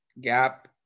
gap